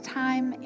time